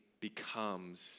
becomes